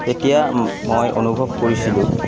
তেতিয়া মই অনুভৱ কৰিছিলোঁ